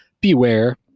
beware